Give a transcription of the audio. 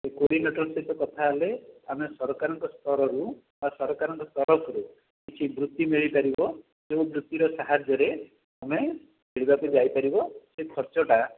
ସେ କୋଡ଼ିନେଟର୍ ସହିତ କଥା ହେଲେ ଆମେ ସରକାରଙ୍କ ସ୍ତରରୁ ବା ସରକାରଙ୍କ ତରଫରୁ କିଛି ବୃତ୍ତି ମିଳି ପାରିବ ଯେଉଁ ବୃତ୍ତିର ସାହାଯ୍ୟରେ ତୁମେ ଖେଳିବାକୁ ଯାଇପାରିବ ସେହି ଖର୍ଚ୍ଚଟା